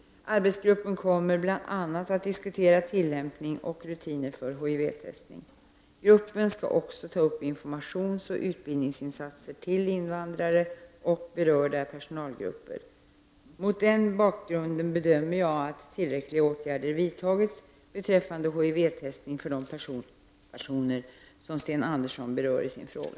Arbetsgruppen kommer bl.a. att diskutera tillämpning och rutiner för HIV-testning. Gruppen skall också ta upp frågan om informationsoch utbildningsinsatser för invandrare och berörda personalgrupper. Mot den bakgrunden bedömer jag att tillräckliga åtgärder vidtagits beträffande HIV-testning för de personer som Sten Andersson berör i sin fråga.